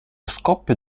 scoppio